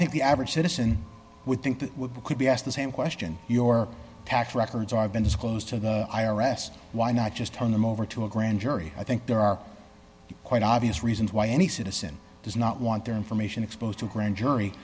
think the average citizen would think that could be asked the same question your tax records are been disclosed to the i r s why not just turn them over to a grand jury i think there are quite obvious reasons why any citizen does not want their information exposed to a grand jury